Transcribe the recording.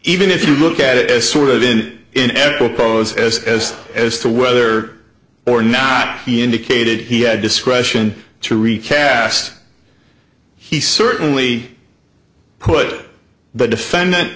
even if you look at it as sort of in an ethical pose as as to whether or not he indicated he had discretion to recast he certainly put the defendant